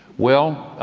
well,